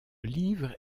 livre